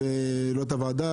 ולא את הוועדה,